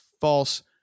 false